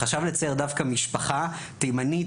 חשב לצייר דווקא משפחה תימנית,